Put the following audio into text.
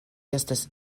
estis